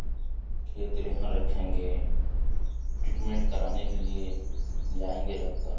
खेत रेहान रखेंगे ट्रीटमेंट कराने के लिए जाएंगे रख कर